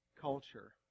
culture